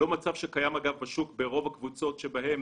זה לא המצב שקיים בשוק ברוב הקבוצות שבהן